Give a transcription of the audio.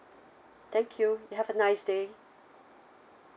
thank you you have a nice day